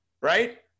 right